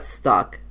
stuck